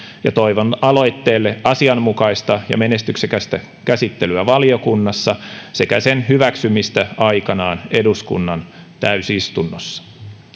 ja toivon aloitteelle asianmukaista ja menestyksekästä käsittelyä valiokunnassa sekä sen hyväksymistä aikanaan eduskunnan täysistunnossa